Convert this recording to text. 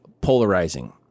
polarizing